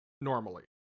normally